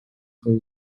свои